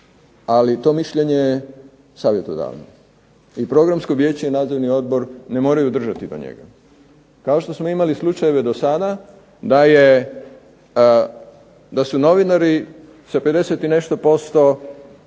Ali to mišljenje je savjetodavno. I Programsko vijeće i Nadzorni odbor ne moraju držati do njega. Kao što smo imali slučajeve do sada da su novinari sa 50 i nešto posto